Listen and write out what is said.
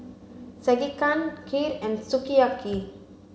Sekihan Kheer and Sukiyaki